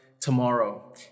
tomorrow